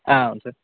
అవును సార్